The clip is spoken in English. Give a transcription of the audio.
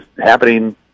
happening